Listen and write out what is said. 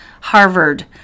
Harvard